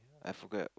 I forget